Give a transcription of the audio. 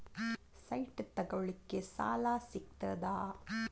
Site ತಗೋಳಿಕ್ಕೆ ಸಾಲಾ ಸಿಗ್ತದಾ?